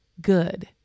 good